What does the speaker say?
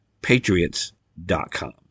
patriots.com